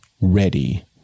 ready